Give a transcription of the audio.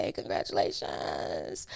congratulations